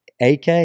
ak